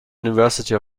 university